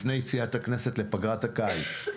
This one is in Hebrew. לפני יציאת הכנסת לפגרת הקיץ.